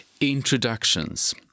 Introductions